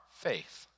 faith